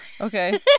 okay